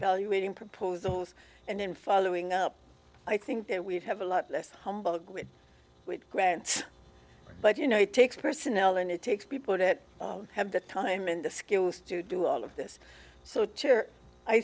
valuating proposals and then following up i think that we have a lot less with grants but you know it takes personnel and it takes people that have the time and the skills to do all of this so i